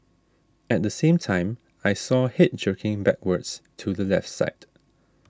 at the same time I saw head jerking backwards to the left side